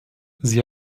sie